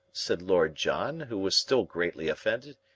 said lord john, who was still greatly offended,